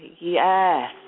Yes